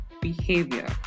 behavior